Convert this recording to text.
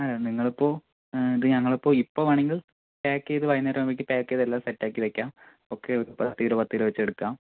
നിങ്ങളിപ്പോൾ ഇത് ഞങ്ങളിപ്പോൾ ഇപ്പോൾ വേണമെങ്കിൽ പാക് ചെയ്ത് വൈകുന്നേരം ആവുമ്പോഴേക്കും പാക് ചെയ്ത് എല്ലാം സെറ്റാക്കി വെക്കാം ഒക്കെ പത്തുകിലോ പത്തുകിലോ വച്ചെടുക്കാം